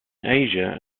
asia